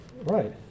Right